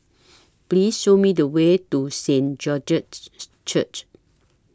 Please Show Me The Way to Saint George's Church